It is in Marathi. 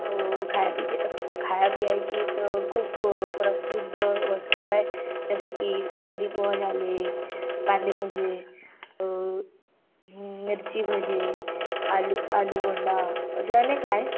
हो खायापिजे खायापियायची तर खूप प्रसिद्ध वस्तू आहे जसे की तरीपोहा झाले कांदेभजे मिरचीभजे आलू आलूबोंडा असे अनेक आहे